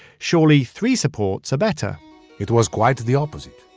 surely three supports are better it was quite the opposite,